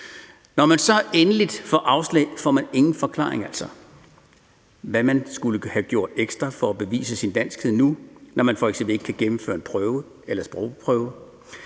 Når man får endeligt afslag, får man altså ingen forklaring på, hvad man skulle have gjort ekstra for at bevise sin danskhed, når man f.eks. ikke kan gennemføre en prøve eller en sprogprøve,